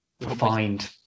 refined